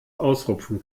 ausrupfen